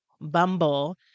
Bumble